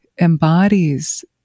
embodies